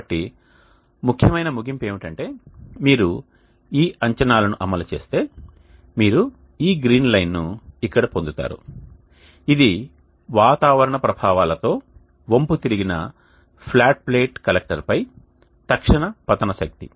కాబట్టి ముఖ్యమైన ముగింపు ఏమిటంటే మీరు ఈ అంచనాలను అమలు చేస్తే మీరు ఈ గ్రీన్ లైన్ను ఇక్కడ పొందుతారు ఇది వాతావరణ ప్రభావాలతో వంపుతిరిగిన ఫ్లాట్ ప్లేట్ కలెక్టర్పై తక్షణ పతన శక్తి